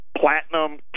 platinum